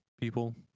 people